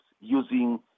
using